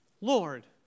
Lord